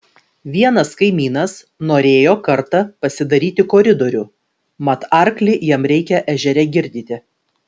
vienas kaimynas norėjo kartą pasidaryti koridorių mat arklį jam reikia ežere girdyti